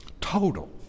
total